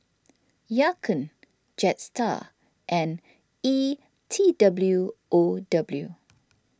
Ya Kun Jetstar and E T W O W